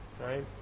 right